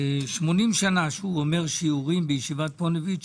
80 שנה שהוא אומר שיעורים בישיבת פוניבז',